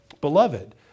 beloved